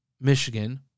Michigan